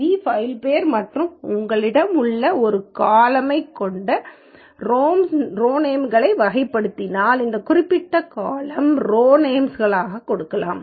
we ஃபைல்ப் பெயர் மற்றும் உங்களிடம் ஒரு காலம்ஐ கொண்டு ரோ நேம்ஸ்களை வகைப்படுத்தினால் அந்த குறிப்பிட்ட காலம்யை ரோ நேம்ஸ்களாக கொடுக்கலாம்